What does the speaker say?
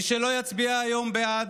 מי שלא יצביע היום בעד,